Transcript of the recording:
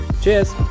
Cheers